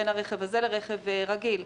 בין הרכב הזה לרכב רגיל.